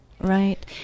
Right